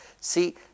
See